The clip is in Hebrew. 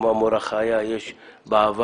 כמו המורה חיה היו בעבר,